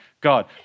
God